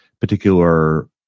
particular